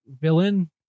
villain